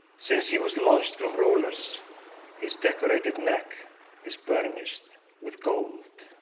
since he was launched from rollers his decorated neck is burnished with gold.